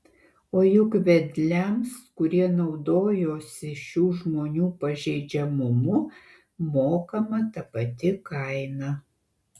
o juk vedliams kurie naudojosi šių žmonių pažeidžiamumu mokama ta pati kaina